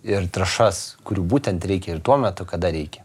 ir trąšas kurių būtent reikia ir tuo metu kada reikia